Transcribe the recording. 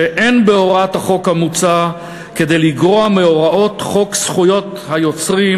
שאין בהוראת החוק המוצע כדי לגרוע מהוראות חוק זכות יוצרים,